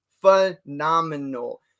phenomenal